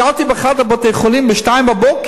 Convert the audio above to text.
שאלתי באחד מבתי-החולים, ב-02:00,